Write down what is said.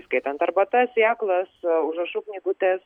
įskaitant arbata sėklas užrašų knygutes